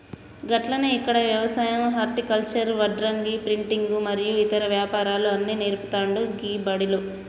గట్లనే ఇక్కడ యవసాయం హర్టికల్చర్, వడ్రంగి, ప్రింటింగు మరియు ఇతర వ్యాపారాలు అన్ని నేర్పుతాండు గీ బడిలో